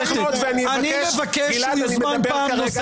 --- אני מבקש שהוא יוזמן פעם נוספת.